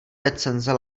recenze